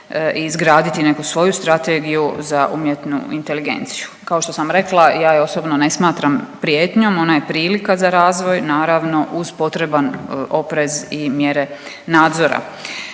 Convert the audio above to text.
izgraditi neku svoju strategiju za umjetnu inteligenciju. Kao što sam rekla ja je osobno ne smatram prijetnjom, onda je prilika za razvoj naravno uz potreban oprez i mjere nadzora.